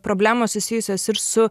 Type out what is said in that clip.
problemos susijusios ir su